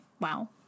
Wow